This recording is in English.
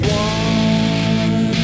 one